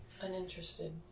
uninterested